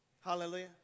Hallelujah